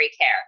care